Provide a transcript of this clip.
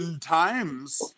times